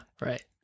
right